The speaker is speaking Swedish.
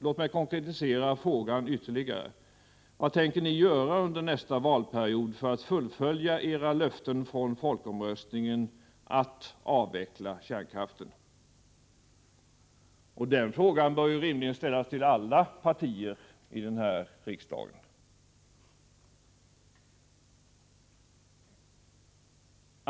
Låt mig konkretisera frågan ytterligare: Vad tänker ni göra under nästa valperiod för att fullfölja era löften från folkomröstningen att avveckla kärnkraften? Den frågan bör rimligen ställas till alla partier i denna riksdag.